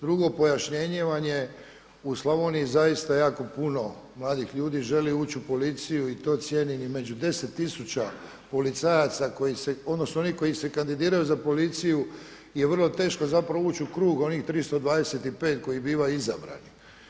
Drugo pojašnjenje vam je u Slavoniji zaista jako puno mladih ljudi želi ući u policiju i to cijenim, i među 10 tisuća policajaca koji se odnosno oni koji se kandidiraju za policiju je vrlo teško zapravo ući u krug onih 325 koji bivaju izabrani.